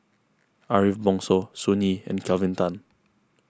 Ariff Bongso Sun Yee and Kelvin Tan